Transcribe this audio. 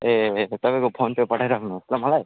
ए तपाईँको फोन चाहिँ पठाइराख्नु होस् ल मलाई